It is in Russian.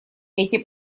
этим